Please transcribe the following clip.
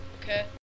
okay